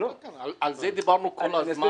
על זה דיברנו כל הזמן,